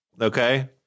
Okay